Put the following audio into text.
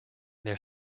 their